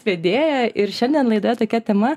vedėja ir šiandien laidoje tokia tema